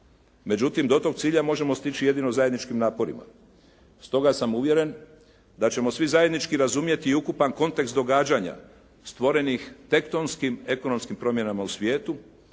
Međutim, do tog cilja možemo stići jedino zajedničkim naporima. Stoga sam uvjeren da ćemo svi zajednički razumjeti i ukupan kontekst događanja stvorenih tektonskim ekonomskim promjenama u svijetu,